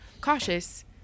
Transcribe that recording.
cautious